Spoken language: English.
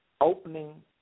opening